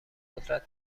قدرت